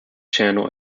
channel